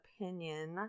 opinion